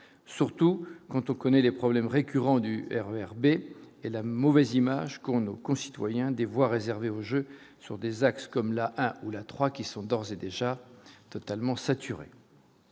surtout quand on connaît les problèmes récurrents du RER B et la mauvaise image qu'ont nos concitoyens des voies réservées aux Jeux sur des axes comme là où la 3 qui sont d'ores et déjà totalement saturé.